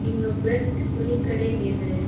இங்கே பெஸ்ட் துணிக்கடை எது